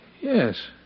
Yes